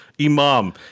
imam